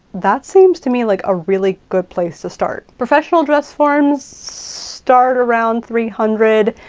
that seems to me like a really good place to start. professional dress forms start around three hundred,